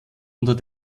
unter